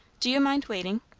do you mind waiting?